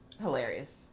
hilarious